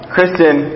Kristen